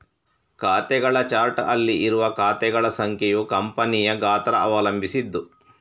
ಖಾತೆಗಳ ಚಾರ್ಟ್ ಅಲ್ಲಿ ಇರುವ ಖಾತೆಗಳ ಸಂಖ್ಯೆಯು ಕಂಪನಿಯ ಗಾತ್ರ ಅವಲಂಬಿಸಿದ್ದು